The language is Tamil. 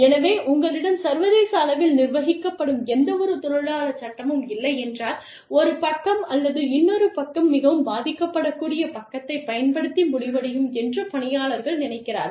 எனவே உங்களிடம் சர்வதேச அளவில் நிர்வகிக்கப்படும் எந்தவொரு தொழிலாளர் சட்டமும் இல்லையென்றால் ஒரு பக்கம் அல்லது இன்னொரு பக்கம் மிகவும் பாதிக்கப்படக்கூடிய பக்கத்தைப் பயன்படுத்தி முடிவடையும் என்று பணியாளர்கள் நினைக்கிறார்கள்